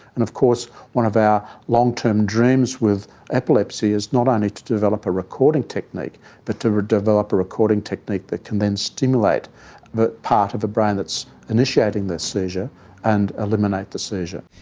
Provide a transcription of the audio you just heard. and of course one of our long-term dreams with epilepsy is not only to develop a recording technique but to develop a recording technique that can then stimulate the part of the brain that's initiating the seizure and eliminate the seizure.